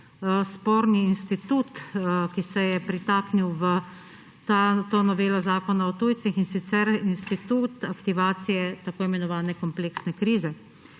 sporni institut, ki se je pritaknil v to novelo Zakona o tujcih, in sicer institut aktivacije tako imenovane kompleksne krize,